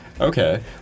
Okay